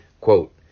Quote